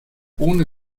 ohne